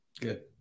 Good